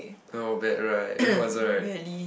not bad right very good answer right